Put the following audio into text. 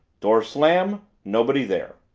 door slam nobody there!